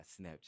Snapchat